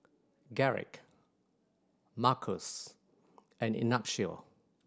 Garrick Markus and Ignacio